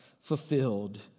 fulfilled